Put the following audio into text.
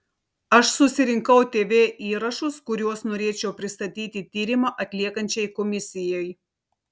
aš susirinkau tv įrašus kuriuos norėčiau pristatyti tyrimą atliekančiai komisijai